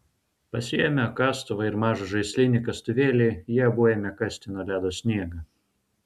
pasiėmę kastuvą ir mažą žaislinį kastuvėlį jie abu ėmė kasti nuo ledo sniegą